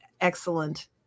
excellent